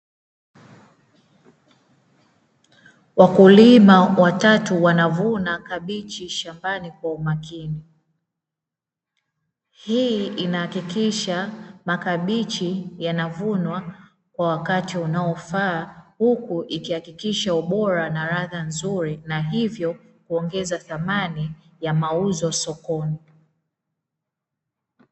Wakulima watatu wanavuna kabichi shambani kwa umakini. Hii inahakikisha makabichi yanavunwa kwa wakati unaofaa na hivyo kuongeza thamani ya mavuno sokoni.